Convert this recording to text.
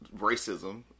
racism